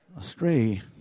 astray